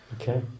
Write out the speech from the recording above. Okay